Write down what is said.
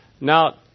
Now